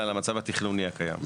אלא למצב התכנוני הקיים.